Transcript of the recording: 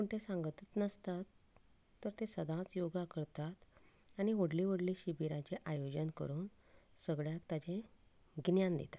पूण ते सांगतूच नासता तर ते सदांच योगा करतात आनी व्हडली व्हडली शिबीरांची आयोजन करून सगळ्यांक ताचे गिन्यान दितात